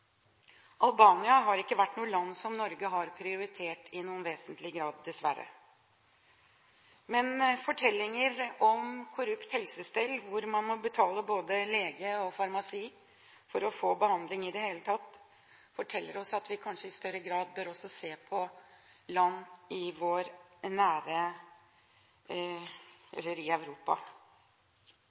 Albania har ikke vært et land Norge har prioritert i noen vesentlig grad, dessverre. Men fortellinger om korrupt helsestell, hvor man må betale både lege og farmasi for å få behandling i det hele tatt, forteller oss at vi kanskje i større grad bør se på land i